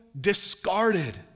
discarded